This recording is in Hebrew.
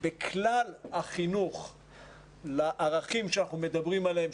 על כלל החינוך לערכים שאנחנו מדברים עליהם,